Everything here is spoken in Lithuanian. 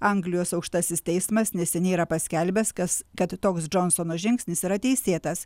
anglijos aukštasis teismas neseniai yra paskelbęs kas kad toks džonsono žingsnis yra teisėtas